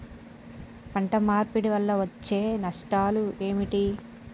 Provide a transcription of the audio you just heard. పంట మార్పిడి వల్ల వచ్చే నష్టాలు ఏమిటి?